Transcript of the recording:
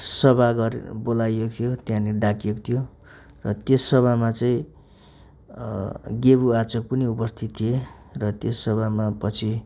सभा गरेर बोलाइयोको थियो त्यहाँनिर डाकिएको थियो र त्यस सभामा चाहिँ गेबु आचुक पनि उपस्थित थिए र त्यस सभामा पछि